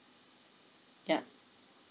yup